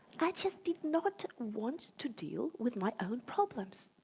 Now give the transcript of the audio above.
i just did not want to deal with my own problems.